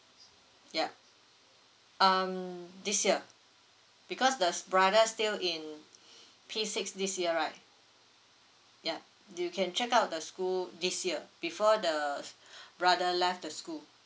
yup um this year because the brother still in p six this year right yup you can check out the school this year before the brother left the school